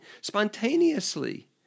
spontaneously